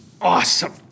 Awesome